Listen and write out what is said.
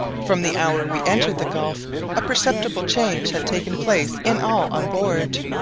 from the hour we entered the gulf a perceptible change had taken place in all on board.